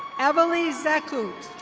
evalie zeckoot.